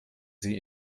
sie